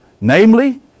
Namely